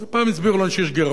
אז פעם הסבירו לנו שיש גירעון,